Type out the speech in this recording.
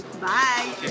Bye